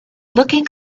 looking